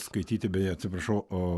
skaityti beje atsiprašau o